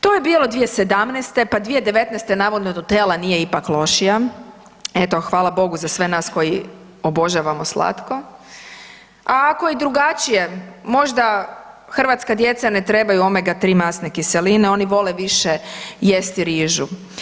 To je bilo 2017., pa 2019. navodno da Nutella ipak nije lošija, eto hvala bogu za sve nas koji obožavamo slatko, a ako je drugačije, možda hrvatska djeca ne trebaju omega 3 masne kiseline, oni vole više jesti rižu.